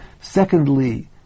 Secondly